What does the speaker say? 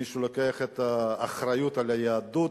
מישהו לוקח את האחריות על היהדות,